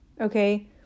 okay